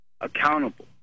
accountable